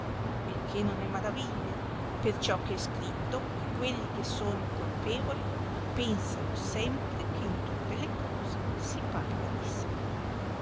u che non è maraviglia perciò che è scritto che quelli che sono colpevoli pensano sempre che in tutte le cose si parli di sé